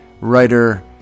writer